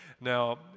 Now